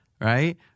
right